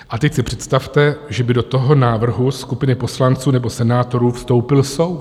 A teď si představte, že by do toho návrhu skupiny poslanců nebo senátorů vstoupil soud.